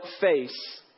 face